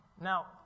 Now